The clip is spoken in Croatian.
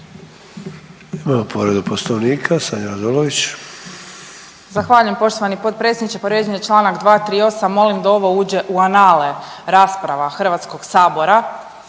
**Radolović, Sanja (SDP)** Zahvaljujem poštovani potpredsjedniče. Povrijeđen je članak 238. Molim da ovo uđe u anale rasprava Hrvatskog sabora,